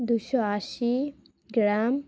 দুশো আশি গ্রাম